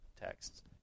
texts